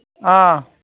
ꯑꯥ